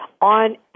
on